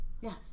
Yes